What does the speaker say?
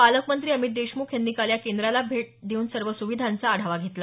पालकमंत्री अमित देशमुख यांनी काल या केंद्राला भेट सर्व सुविधांचा आढावा घेतला